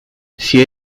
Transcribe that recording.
sia